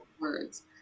words